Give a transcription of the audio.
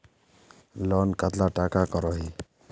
Loan कतला टाका करोही?